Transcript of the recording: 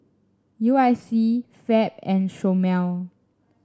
U I C Fab and Chomel